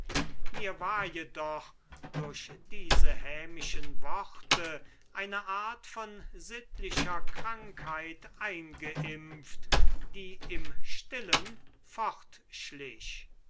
mir war jedoch durch diese hämischen worte eine art von sittlicher krankheit eingeimpft die im stillen